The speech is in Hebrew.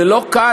זה לא קל.